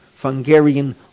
Hungarian